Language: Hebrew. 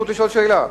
זכות לשאול שאלה.